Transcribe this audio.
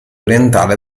orientale